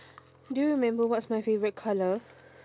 do you remember what's my favorite colour